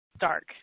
dark